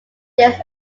this